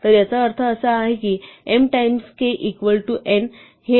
तर याचा अर्थ असा आहे की m times k equal to n हे k साठी आहे